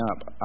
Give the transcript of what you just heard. up